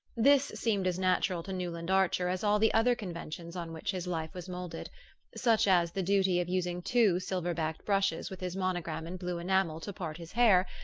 this seemed as natural to newland archer as all the other conventions on which his life was moulded such as the duty of using two silver-backed brushes with his monogram in blue enamel to part his hair,